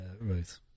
Right